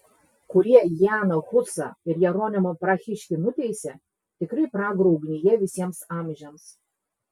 kurie janą husą ir jeronimą prahiškį nuteisė tikrai pragaro ugnyje visiems amžiams